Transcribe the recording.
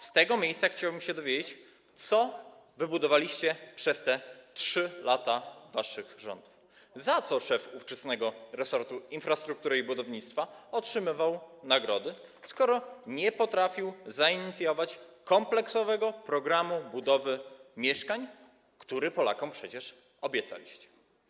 Z tego miejsca chciałbym się dowiedzieć, co wybudowaliście przez te 3 lata waszych rządów, za co szef ówczesnego resortu infrastruktury i budownictwa otrzymywał nagrody, skoro nie potrafił zainicjować kompleksowego programu budowy mieszkań, który Polakom przecież obiecaliście.